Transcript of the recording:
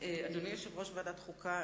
אדוני יושב-ראש ועדת חוקה,